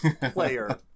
player